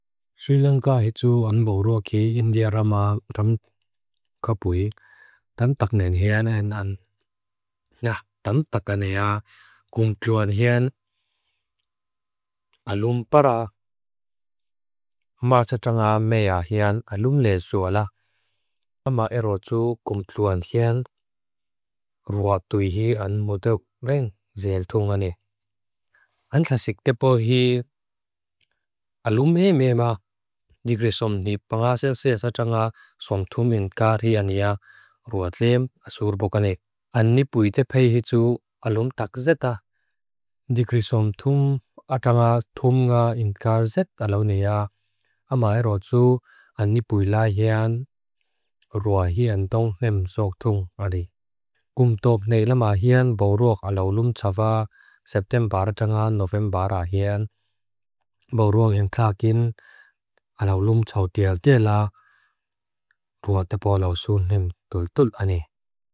Sri Lanka hitu anboruaki india rama ramkapui, tantaknen hian ainan. Nga, tantakanea kumtluan hian alum para. Marsatanga mea hian alumlesuwa la. Ama erotsu kumtluan hian ruatuihi an muduk ring zeelthungani. Anlasik tepo hi alumhe mea. Digrisom nipangasese asatanga songtum inkari anea ruatliem asurbukanek. Anipui tepei hitu alum tak seta. Digrisom atanga thumnga inkar set alaunea. Ama erotsu anipui la hian ruahi antonghem sogtungani ane. Kumtop neila ma hian boruak alaulum tsawa septembara tanga novembara hian. Boruak hem klakin alaulum tsaw diel diela. Rua tepo lausun hem tul tul ani.